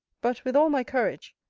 but, with all my courage,